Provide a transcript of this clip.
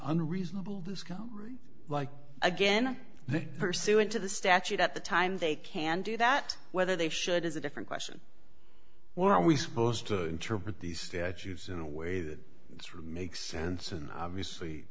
unreasonable disco like again there pursuant to the statute at the time they can do that whether they should is a different question or are we supposed to interpret the statutes in a way that makes sense and obviously